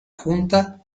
junta